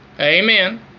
Amen